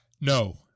No